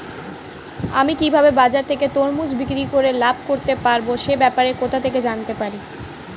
আমি কিভাবে বাজার থেকে তরমুজ বিক্রি করে লাভ করতে পারব সে ব্যাপারে কোথা থেকে জানতে পারি?